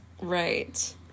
Right